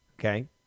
Okay